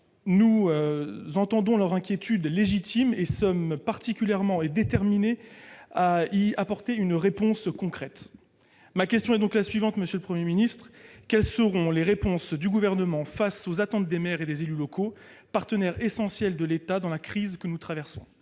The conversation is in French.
nous entendons leurs inquiétudes légitimes et sommes particulièrement déterminés à y apporter une réponse concrète. Ma question est donc la suivante, monsieur le Premier ministre : quelles seront les réponses du Gouvernement face aux attentes des maires et des élus locaux, partenaires essentiels de l'État dans la crise que nous traversons ?